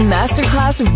Masterclass